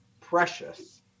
precious